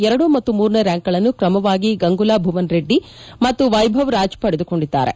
ಎರಡು ಮತ್ತು ಮೂರನೇ ರ್ಕಾಂಕ್ಗಳನ್ನು ತ್ರಮವಾಗಿ ಗಂಗುಲಾ ಭುವನ್ ರೆಡ್ಡಿ ಮತ್ತು ವೈಭವ್ ರಾಜ್ ಪಡೆದುಕೊಂಡಿದ್ದಾರೆ